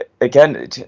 Again